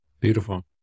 Beautiful